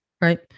right